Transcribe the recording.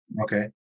Okay